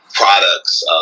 products